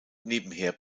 nebenher